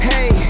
Hey